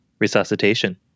resuscitation